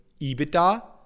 EBITDA